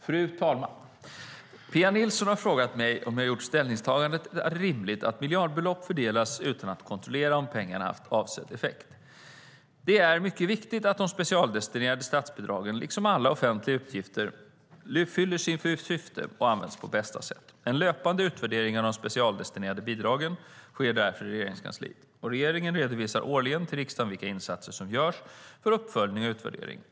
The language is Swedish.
Fru talman! Pia Nilsson har frågat mig om jag har gjort ställningstagandet att det är rimligt att miljardbelopp fördelas utan att kontrollera om pengarna har haft avsedd effekt. Det är mycket viktigt att de specialdestinerade statsbidragen, liksom alla offentliga utgifter, fyller sitt syfte och används på bästa sätt. En löpande utvärdering av de specialdestinerade bidragen sker därför i Regeringskansliet, och regeringen redovisar årligen till riksdagen vilka insatser som görs för uppföljning och utvärdering.